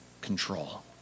control